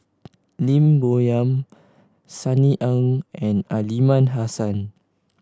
Lim Bo Yam Sunny Ang and Aliman Hassan